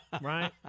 right